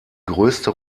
größte